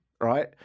Right